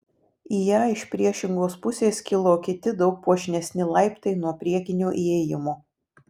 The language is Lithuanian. į ją iš priešingos pusės kilo kiti daug puošnesni laiptai nuo priekinio įėjimo